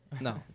No